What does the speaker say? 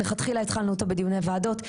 מלכתחילה התחלנו איתו בדיוני בוועדות.